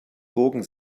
gurken